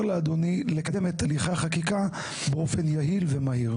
לאדוני לקדם את הליכי החקיקה באופן יעיל ומהיר.